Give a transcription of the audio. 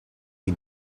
you